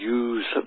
use